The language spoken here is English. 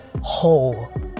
whole